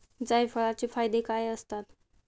जायफळाचे फायदे काय असतात?